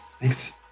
Thanks